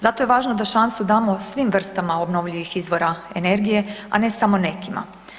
Zato je važno da šansu damo svim vrstama obnovljivih izvora energije, a ne samo nekima.